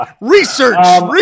Research